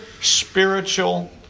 spiritual